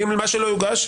מה שלא יוגש,